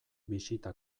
bisita